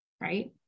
right